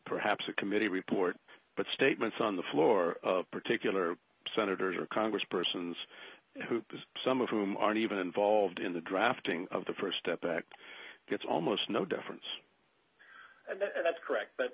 perhaps a committee report but statements on the floor of particular senators or congress persons who some of whom aren't even involved in the drafting of the st step that gets almost no difference and that's correct but